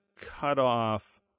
cutoff